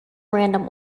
random